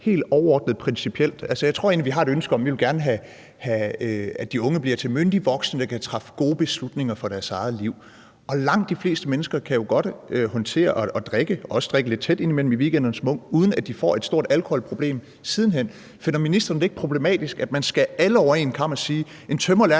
Jeg tror egentlig, vi har et ønske om, at vi gerne vil have, at de unge bliver til myndige voksne, der kan træffe gode beslutninger for deres eget liv. Og langt de fleste mennesker kan jo godt håndtere at drikke og også drikke lidt tæt i weekenderne som ung, uden at de får et stort alkoholproblem sidenhen. Finder ministeren det ikke problematisk, at man skærer alle over én kam og siger, at en tømrerlærling